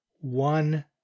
one